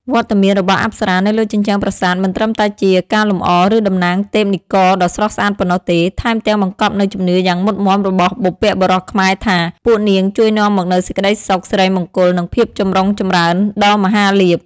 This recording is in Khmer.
វត្តមានរបស់អប្សរានៅលើជញ្ជាំងប្រាសាទមិនត្រឹមតែជាការលម្អ ឬតំណាងទេពនិករដ៏ស្រស់ស្អាតប៉ុណ្ណោះទេ ថែមទាំងបង្កប់នូវជំនឿយ៉ាងមុតមាំរបស់បុព្វបុរសខ្មែរថា ពួកនាងជួយនាំមកនូវ សេចក្តីសុខ សិរីមង្គល និងភាពចម្រុងចម្រើន ដ៏មហាលាភ។